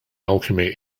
alchemy